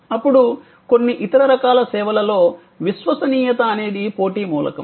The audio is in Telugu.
అప్పుడు కొన్ని ఇతర రకాల సేవలలో విశ్వసనీయత అనేది పోటీ మూలకం